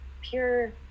pure